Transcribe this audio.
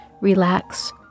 relax